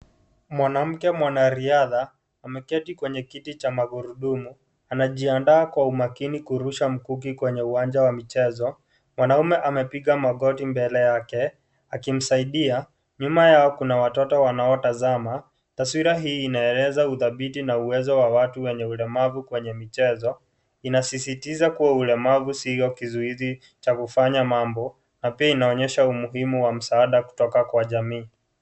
Mwanamke mwanariadha ameketi kwenye kiti cha magurudumu, anajiandaa kwa umakini kurusha mkuki kwenye uwanja wa michezo. Mwanamume amepiga magoti mbele yake akimsaidia. Nyuma yao kuna watoto wanaotazama. Taswira hii inaeleza udhabiti na uwezo wa watu wenye ulemavu kwenye michezo. Inasisitiza kuwa ulemavu sio kizuizi cha kufanya mambo na pia inaonyesha umuhimu wa msaada kutoka kwa jamii.